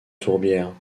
tourbières